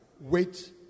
Wait